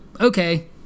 okay